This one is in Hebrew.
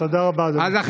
תודה רבה, אדוני.